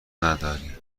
نداری